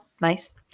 nice